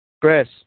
Chris